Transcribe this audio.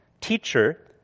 Teacher